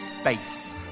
space